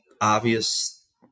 obvious